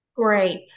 Great